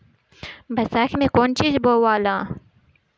बैसाख मे कौन चीज बोवाला?